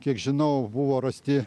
kiek žinau buvo rasti